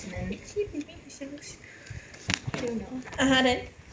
(uh huh) then